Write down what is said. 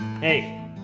Hey